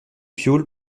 piaule